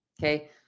Okay